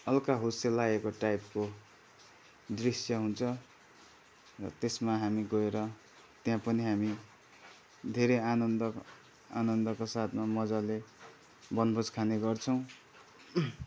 हल्का हुस्से लागेको टाइपको दृश्य हुन्छ त्यसमा हामी गएर त्यहाँ पनि हामी धेरै आनन्द आनन्दको साथमा मजाले बनभोज खाने गर्छौँ